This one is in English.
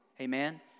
Amen